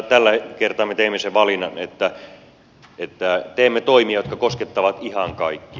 tällä kertaa me teimme sen valinnan että teimme toimia jotka koskettavat ihan kaikkia